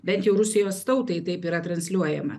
bent jau rusijos tautai taip yra transliuojama